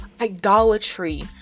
idolatry